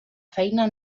feina